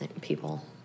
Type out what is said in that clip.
people